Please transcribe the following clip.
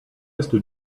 est